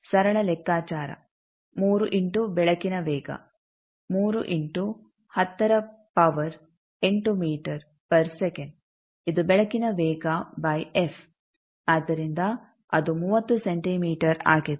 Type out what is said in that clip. ಸರಳ ಲೆಕ್ಕಾಚಾರ 3 ಇಂಟು ಬೆಳಕಿನ ವೇಗ 3 ಇಂಟು 10 ರ ಪವರ್ 8 ಮೀಟರ್ ಪರ್ ಸೆಕೆಂಡ್ ಇದು ಬೆಳಕಿನ ವೇಗ ಬೈ ಎಫ್ ಆದ್ದರಿಂದ ಅದು 30 ಸೆಂಟಿಮೀಟರ್ ಆಗಿದೆ